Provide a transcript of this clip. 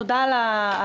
תודה על העדכון.